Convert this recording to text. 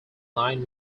nine